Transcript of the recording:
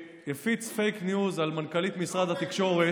והפיץ פייק ניוז על מנכ"לית משרד התקשורת.